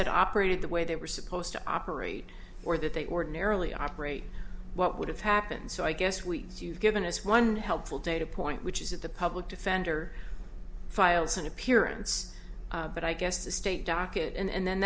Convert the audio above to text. had operated the way they were supposed to operate or that they ordinarily operate what would have happened so i guess we do given as one helpful data point which is that the public defender files an appearance but i guess the state docket and